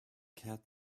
cat